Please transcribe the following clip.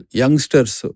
youngsters